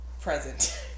present